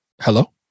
Hello